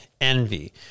envy